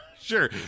Sure